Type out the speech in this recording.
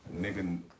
Nigga